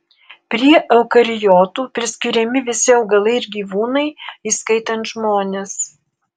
prie eukariotų priskiriami visi augalai ir gyvūnai įskaitant žmones